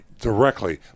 Directly